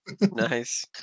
Nice